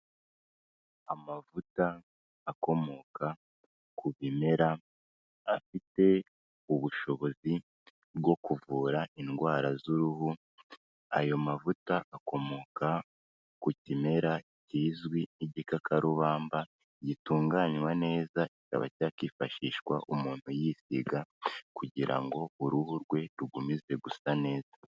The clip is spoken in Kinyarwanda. Amavuta akomoka ku bimera afite ubushobozi bwo kuvura indwara z'uruhu, ayo mavuta akomoka ku kimera kizwi nk'igikakarubamba, gitunganywa neza kikaba cyakifashishwa umuntu yisiga kugira ngo uruhu rwe rugumize gusa neza.